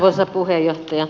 arvoisa puheenjohtaja